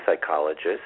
psychologist